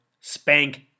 spank